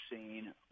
seen